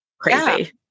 crazy